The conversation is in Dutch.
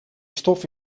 stof